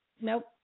Nope